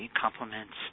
compliments